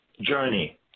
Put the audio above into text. journey